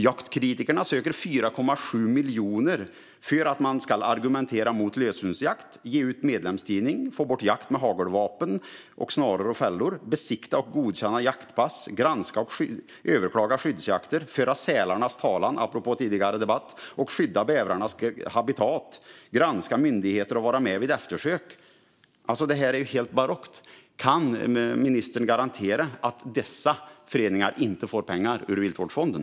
Jaktkritikerna söker 4,7 miljoner kronor för att man ska argumentera mot löshundsjakt, ge ut en medlemstidning, få bort jakt med hagelvapen, snaror och fällor, besiktiga och godkänna jaktpass, granska och överklaga skyddsjakter, föra sälarnas talan - apropå tidigare debatt - och skydda bävrarnas habitat, granska myndigheter och vara med vid eftersök. Detta är helt barockt. Kan ministern garantera att dessa föreningar inte får pengar ur Viltvårdsfonden?